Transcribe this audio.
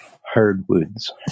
hardwoods